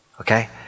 okay